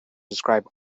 describe